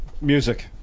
music